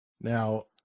Now